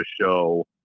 show